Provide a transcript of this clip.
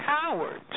cowards